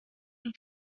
این